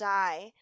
die